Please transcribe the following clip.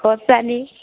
खोर्सानी